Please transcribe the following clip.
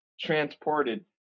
transported